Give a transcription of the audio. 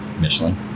Michelin